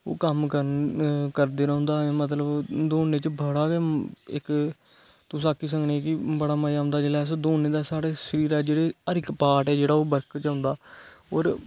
कम्म करदे रौहंदा जा मतलब दोडने च बडा गै इक तुस आक्खी सकने कि बड़ा मजा आंदा जिसले अस दौड़ने ता साढ़े शरिर च जेहड़ी हर इक पार्ट ऐ जेहड़ा ओह् बर्क डऐधईख़ करदा और